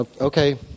okay